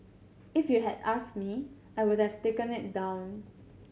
if you had asked me I would have taken it down